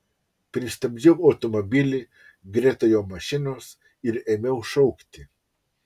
pristabdžiau automobilį greta jo mašinos ir ėmiau šaukti